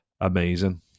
amazing